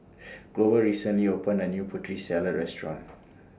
Glover recently opened A New Putri Salad Restaurant